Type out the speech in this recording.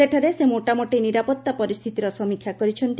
ସେଠାରେ ସେ ମୋଟାମୋଟି ନିରାପତ୍ତା ପରିସ୍ଥିତିର ସମୀକ୍ଷା କରିଛନ୍ତି